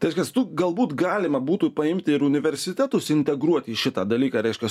tai reiškias tų galbūt galima būtų paimti ir universitetus integruot į šitą dalyką reiškias